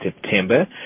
September